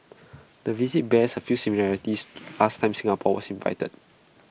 the visit bears A few similarities to ask time Singapore was invited